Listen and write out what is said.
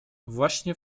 właśnie